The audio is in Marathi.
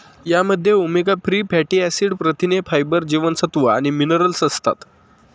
यामध्ये ओमेगा थ्री फॅटी ऍसिड, प्रथिने, फायबर, जीवनसत्व आणि मिनरल्स असतात